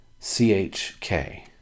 CHK